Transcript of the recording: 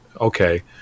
okay